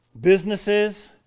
Businesses